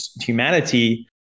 humanity